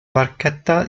barchetta